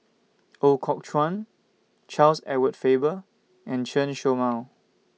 Ooi Kok Chuen Charles Edward Faber and Chen Show Mao